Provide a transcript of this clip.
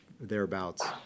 thereabouts